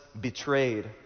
betrayed